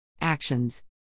Actions